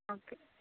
okay